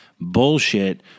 bullshit